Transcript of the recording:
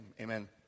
amen